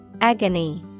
agony